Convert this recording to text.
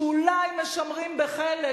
שאולי משמרים בחלק,